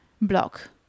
block